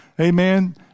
Amen